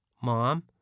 Mom